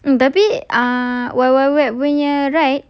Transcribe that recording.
tapi ah wild wild wet punya ride